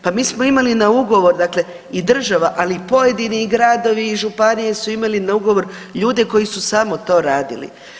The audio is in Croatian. Pa mi smo imali na ugovor dakle i država, ali i pojedini gradovi i županije su imali na ugovor ljude koji su samo to radili.